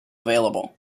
available